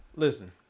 Listen